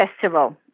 Festival